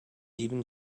even